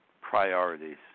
priorities